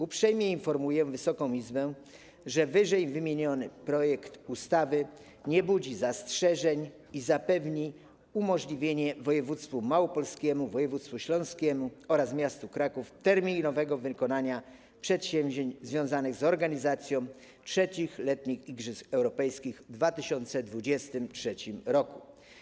Uprzejmie informuję Wysoką Izbę, że ww. projekt ustawy nie budzi zastrzeżeń i zapewni umożliwienie województwu małopolskiemu, województwu śląskiemu oraz miastu Kraków terminowego wykonania przedsięwzięć związanych z organizacją III Igrzysk Europejskich, letnich, w 2023 r.